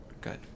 Good